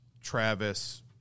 Travis